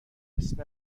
اسم